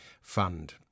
Fund